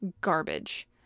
garbage